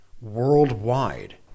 worldwide